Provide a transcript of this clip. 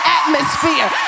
atmosphere